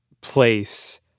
place